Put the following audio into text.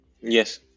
Yes